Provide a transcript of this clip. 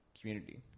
community